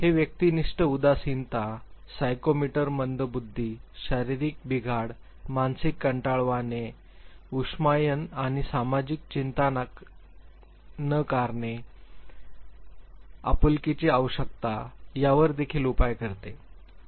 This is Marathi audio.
हे व्यक्तिनिष्ठ उदासीनता सायकोमोटर मंदबुद्धी शारीरिक बिघाड मानसिक कंटाळवाणे उष्मायन आणि सामाजिक चिंता नकारणे आपुलकीची आवश्यकता यावर देखील उपाय करते